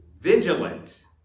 vigilant